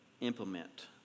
implement